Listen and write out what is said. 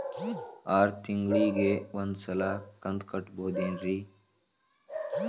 ಆರ ತಿಂಗಳಿಗ ಒಂದ್ ಸಲ ಕಂತ ಕಟ್ಟಬಹುದೇನ್ರಿ?